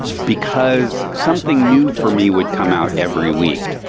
because something new for me would come out every week.